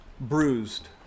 Bruised